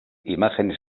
imágenes